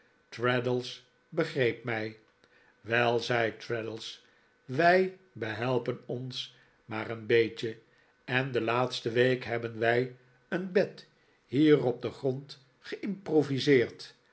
traddles begreep mij wel zei traddles wij behelpen ons maar een beetje en de laatste week hebben wij een bed hier op den grond geimproviseerd